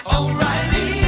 O'Reilly